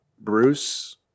Bruce